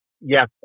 Yes